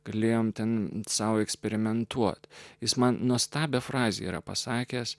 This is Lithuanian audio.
galėjome ten sau eksperimentuoti jis man nuostabią frazę yra pasakęs